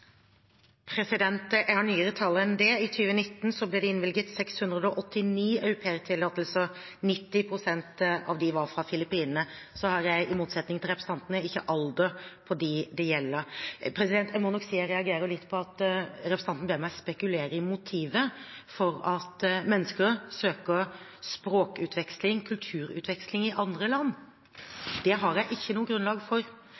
Jeg har nyere tall enn det: I 2019 ble det innvilget 689 aupairtillatelser, og 90 pst. av dem var fra Filippinene. Så har jeg, i motsetning til representantene, ikke alder på dem det gjelder. Jeg må si jeg reagerer litt på at representanten ber meg spekulere rundt motivet for at mennesker søker språkutveksling, kulturutveksling, med andre land. Det har jeg ikke noe grunnlag for.